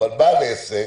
אבל בעל עסק,